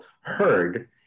heard